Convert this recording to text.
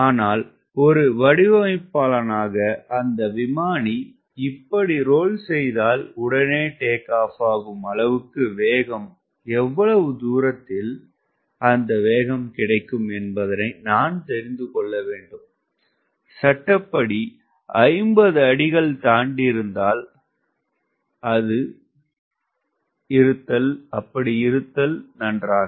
ஆனால் ஒரு வடிவமைப்பாளனாக அந்த விமானி இப்படி ரோல் செய்தால் உடனே டேக் ஆப் ஆகும் அளவுக்கு வேகம் எவ்வளவு தூரத்தில் அந்த வேகம் கிடைக்கும் என்பதனை நான் தெரிந்துகொள்ளவேண்டும் சட்டப்படி 50 அடிகள் தாண்டியிருத்தல் இருத்தல் வேண்டும்